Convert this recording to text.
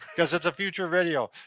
cause it's a future video.